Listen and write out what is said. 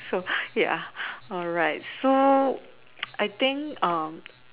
ya alright so I think